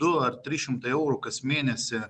du ar trys šimtai eurų kas mėnesį